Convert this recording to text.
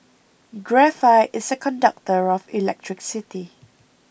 graphite is a conductor of electricity